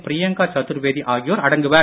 பிரியங்கா சதுர்வேதி ஆகியோர் அடங்குவர்